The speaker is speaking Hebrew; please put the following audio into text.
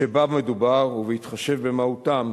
שבהם מדובר ובהתחשב במהותם,